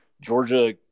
Georgia